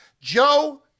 Joe